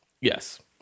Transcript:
yes